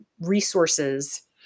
resources